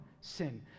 sin